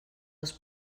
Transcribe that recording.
els